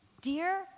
dear